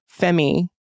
Femi